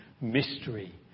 mystery